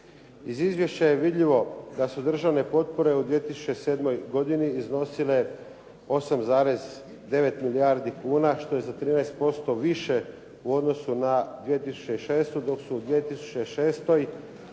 Iz izvješća je vidljivo da su državne potpore u 2007. godini iznosile 8,9 milijardi kuna što je za 13% više u odnosu na 2006. dok su u 2006. bile